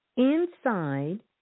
inside